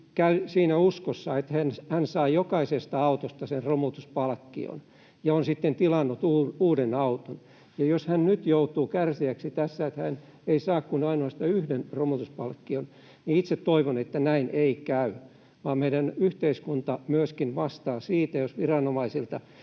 — siinä uskossa, että saa jokaisesta autosta sen romutuspalkkion, ja on sitten tilannut uuden auton. Jos hän nyt joutuu kärsijäksi tässä, että hän ei saa kuin ainoastaan yhden romutuspalkkion, niin itse toivon, että näin ei käy, vaan meidän yhteiskunta myöskin vastaa siitä, jos viranomaisilta